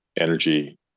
energy